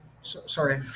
sorry